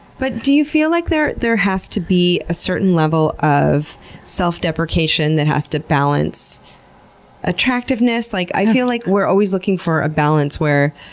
but do you feel like there there has to be a certain level of self-deprecation that has to balance attractiveness? like i feel like we're always looking for a balance, where